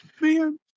man